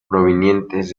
provenientes